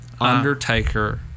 Undertaker